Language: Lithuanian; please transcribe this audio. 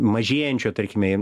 mažėjančio tarkime